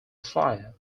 fire